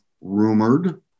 rumored